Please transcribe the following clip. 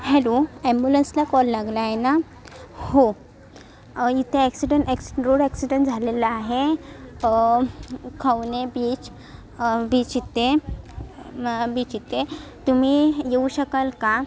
hello ॲम्बुलन्सला call लागला आहे ना हो इथे ॲक्सीडन ॲक्सी रोड ॲक्सीडन झालेला आहे खवने बीच बीच इथे बीच इथे तुम्ही यीऊ शकाल का